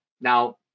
Now